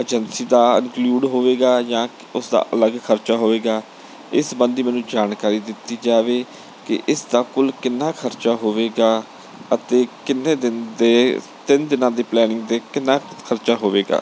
agency ਦਾ include ਹੋਵੇਗਾ ਜਾਂ ਕਿ ਉਸਦਾ ਅਲੱਗ ਖਰਚਾ ਹੋਵੇਗਾ ਇਸ ਸਬੰਧੀ ਮੈਨੂੰ ਜਾਣਕਾਰੀ ਦਿੱਤੀ ਜਾਵੇ ਕਿ ਇਸ ਦਾ ਕੁੱਲ ਕਿੰਨਾ ਖਰਚਾ ਹੋਵੇਗਾ ਅਤੇ ਕਿੰਨੇ ਦਿਨ ਦੇ ਤਿੰਨ ਦਿਨਾਂ ਦੀ ਪਲੈਨਿੰਗ ਦੇ ਕਿੰਨਾ ਕੁ ਖਰਚਾ ਹੋਵੇਗਾ